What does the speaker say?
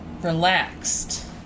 relaxed